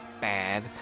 bad